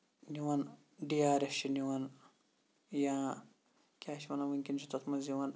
نِوان D R S چھُ نِوان یا کیاہ چھِ وَنان وُنکیٚن چھُ تَتھ منٛز یِوان